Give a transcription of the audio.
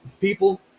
People